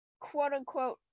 quote-unquote